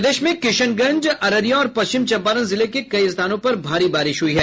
प्रदेश में किशनगंज अररिया और पश्चिम चम्पारण जिले के कई स्थानों पर भारी बारिश हुई है